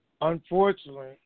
unfortunately